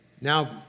Now